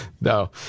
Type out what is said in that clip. No